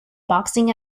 boxing